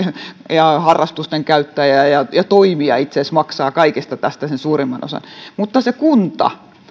ja harrastusten käyttäjä ja ja toimija itse asiassa maksavat kaikesta tästä sen suurimman osan mutta se kunta